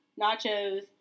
nachos